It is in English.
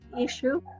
issue